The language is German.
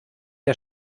der